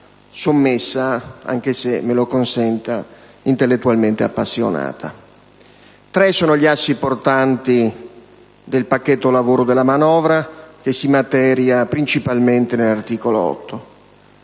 sommessa, anche se, me lo consenta, intellettualmente appassionata. Tre sono gli assi portanti del pacchetto lavoro della manovra, che si materia principalmente nell'articolo 8.